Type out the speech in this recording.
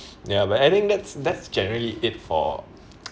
ya but I think that's that's generally it for